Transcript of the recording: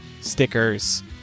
stickers